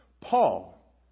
Paul